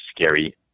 scary